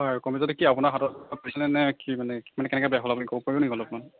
হয় কম্পিউটাৰ্টো কি আপোনাৰ হাতত পৰিছিল নে কি মানে কেনেকৈ বেয়া হ'ল আপুনি ক'ব পাৰিব নেকি অলপমান